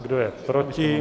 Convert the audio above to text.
Kdo je proti?